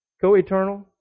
Co-eternal